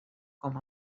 com